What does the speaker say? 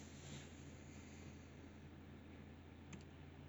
oh really